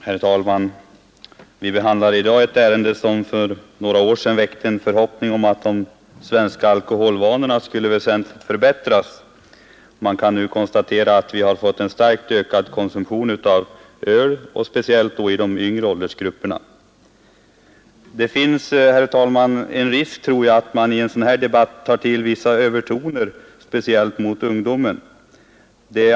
Herr talman! Mellanölet, som vi i dag debatterar, väckte för några år sedan en förhoppning att de svenska alkoholvanorna skulle väsentligt förbättras. Man kan nu konstatera att vi har fått en starkt ökad konsumtion av öl, speciellt då i de yngre åldersgrupperna. Det finns en risk att man i en sådan här debatt tar till vissa övertoner, speciellt när det gäller ungdomen.